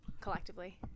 collectively